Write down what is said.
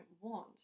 want